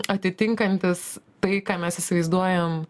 atitinkantis tai ką mes įsivaizduojam